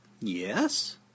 Yes